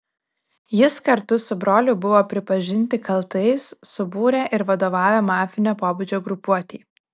jis kartu su broliu buvo pripažinti kaltais subūrę ir vadovavę mafinio pobūdžio grupuotei